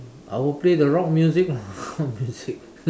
I will play the rock music lah rock music